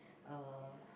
uh